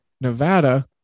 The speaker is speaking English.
Nevada